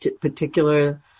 particular